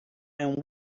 and